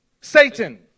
Satan